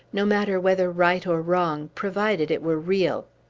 no matter whether right or wrong, provided it were real.